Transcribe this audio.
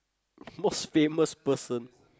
most famous person